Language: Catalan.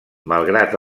malgrat